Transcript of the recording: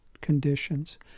conditions